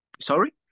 Sorry